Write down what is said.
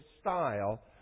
style